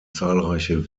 zahlreiche